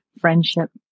friendship